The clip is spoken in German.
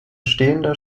stehender